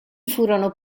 furono